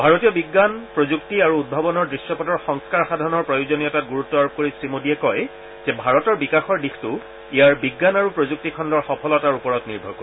ভাৰতীয় বিজ্ঞান প্ৰযুক্তি আৰু উদ্ভাৱনৰ দৃশ্যপটৰ সংস্কাৰ সাধনৰ প্ৰয়োজনীয়তাত গুৰুত্ব আৰোপ কৰি শ্ৰীমোডীয়ে কয় যে ভাৰতৰ বিকাশৰ দিশটো ইয়াৰ বিজ্ঞান আৰু প্ৰযুক্তি খণ্ডৰ সফলতাৰ ওপৰত নিৰ্ভৰ কৰিব